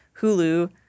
Hulu